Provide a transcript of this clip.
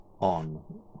on